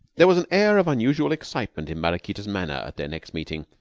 there was an air of unusual excitement in maraquita's manner at their next meeting.